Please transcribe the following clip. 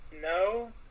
no